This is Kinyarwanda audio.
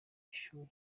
cy’ishuri